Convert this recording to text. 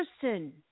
person